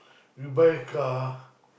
you buy a car